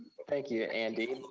but thank you, andy,